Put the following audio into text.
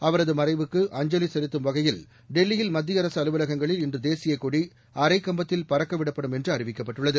அவரது மறைவுக்கு அஞ்சலி செலுத்தும் வகையில் தில்லியில் மத்திய அரசு அலுவலகங்களில் தேசியக் கொடி அரைக்கம்பத்தில் பறக்கவிடப்படும் என்று அறிவிக்கப்பட்டுள்ளது